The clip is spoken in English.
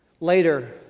Later